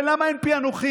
ולמה אין פיענוחים?